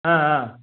ஆ ஆ